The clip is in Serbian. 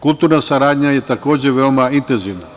Kulturna saradnja je takođe veoma intenzivna.